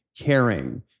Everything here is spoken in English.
caring